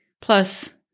plus